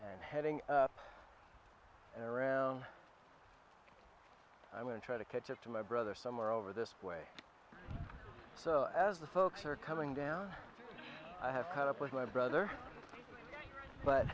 and heading up and around i'm going to try to catch up to my brother somewhere over this way so as the folks are coming down i have tied up with my brother but